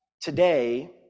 Today